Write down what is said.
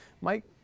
Mike